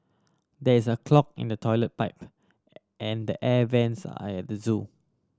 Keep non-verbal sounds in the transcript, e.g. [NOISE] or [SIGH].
there is a clog in the toilet pipe [HESITATION] and the air vents [UNINTELLIGIBLE] the zoo